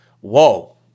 Whoa